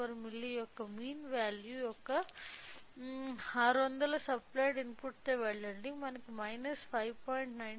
94 milli యొక్క mean విలువ యొక్క 600 సప్లియడ్ ఇన్పుట్తో వెళ్ళండి మనకు 5